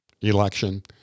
election